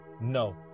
No